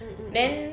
mm mm mm mm